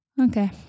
Okay